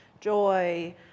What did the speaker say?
joy